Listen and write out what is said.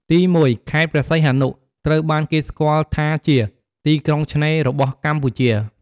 ទីមួយ ខេត្តព្រះសីហនុ ត្រូវបានគេស្គាល់ថាជា "ទីក្រុងឆ្នេរ" របស់កម្ពុជា។